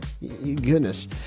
Goodness